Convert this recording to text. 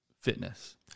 fitness